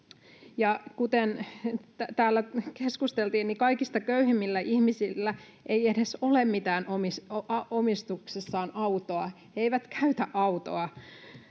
Kuten täällä keskusteltiin, kaikista köyhimmillä ihmisillä ei edes ole omistuksessaan mitään autoa, he eivät käytä autoa,